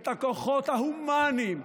את הכוחות ההומניים,